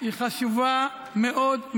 היא חשובה מאוד.